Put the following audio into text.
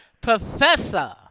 Professor